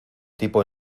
tipo